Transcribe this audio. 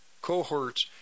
cohorts